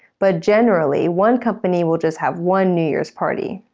but generally, one company will just have one new year's party.